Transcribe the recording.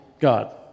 God